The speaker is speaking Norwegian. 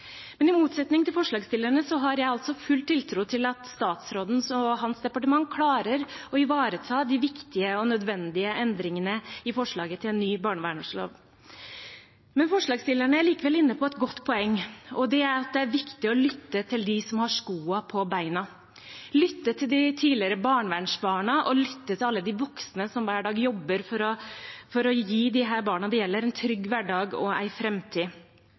Men i motsetning til forslagsstillerne har jeg altså full tiltro til at statsråden og hans departement klarer å ivareta de viktige og nødvendige endringene i forslaget til ny barnevernslov. Men forslagsstillerne er likevel inne på et godt poeng, og det er at det er viktig å lytte til dem som har skoene på beina, lytte til de tidligere barnevernsbarna og lytte til alle de voksne som hver dag jobber for å gi de barna det gjelder, en trygg hverdag og